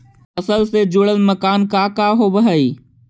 फसल से जुड़ल मानक का का होव हइ?